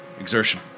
Exertion